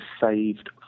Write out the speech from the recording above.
saved